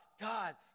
God